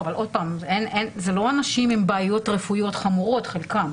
אבל עוד פעם זה לא אנשים עם בעיות רפואיות חמורות בחלקם.